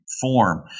form